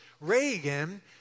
Reagan